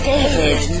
David